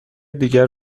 دیگر